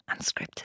Unscripted